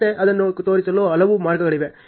ಮತ್ತೆ ಅದನ್ನು ತೋರಿಸಲು ಹಲವು ಮಾರ್ಗಗಳಿವೆ